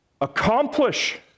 accomplish